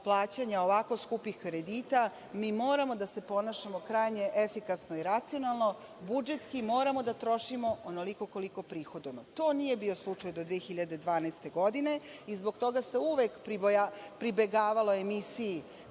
ovako skupih kredita, mi moramo da se ponašamo krajnje efikasno i racionalno, budžetski moramo da trošimo onoliko koliko prihodujemo. To nije bio slučaj do 2012. godine i zbog toga se uvek pribegavalo emisiji